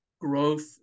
growth